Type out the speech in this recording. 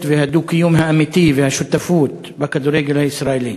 והדו-קיום האמיתי והשותפות בכדורגל הישראלי.